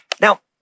Now